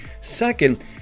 Second